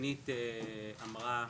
שדגנית אמרה,